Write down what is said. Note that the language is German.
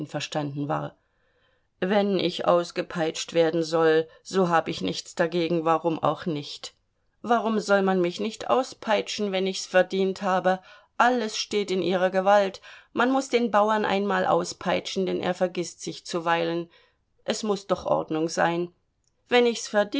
einverstanden war wenn ich ausgepeitscht werden soll so hab ich nichts dagegen warum auch nicht warum soll man mich nicht auspeitschen wenn ich's verdient habe alles steht in ihrer gewalt man muß den bauern einmal auspeitschen denn er vergißt sich zuweilen es muß doch ordnung sein wenn ich's